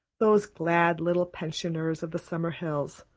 those glad little pensioners of the summer hills